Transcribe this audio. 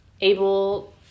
able